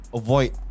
avoid